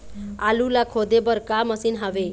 आलू ला खोदे बर का मशीन हावे?